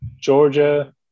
Georgia